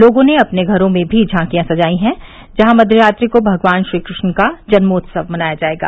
लोगों ने अपने घरों में भी झांकियाँ सजाई हैं जहां मव्यरात्रि को भगवान श्रीकृष्ण का जन्मोत्सव मनाया जाएगा